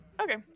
okay